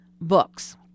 books